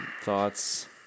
thoughts